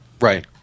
right